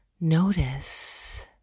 notice